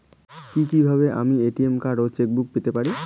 কি কিভাবে আমি এ.টি.এম কার্ড ও চেক বুক পেতে পারি?